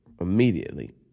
immediately